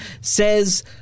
says